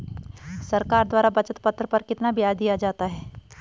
सरकार द्वारा बचत पत्र पर कितना ब्याज दिया जाता है?